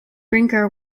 brinker